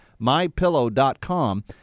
MyPillow.com